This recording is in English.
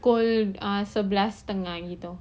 pukul err sebelas setengah begitu